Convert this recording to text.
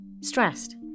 stressed